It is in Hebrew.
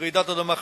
לרעידת אדמה חזקה,